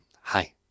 hi